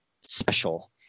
special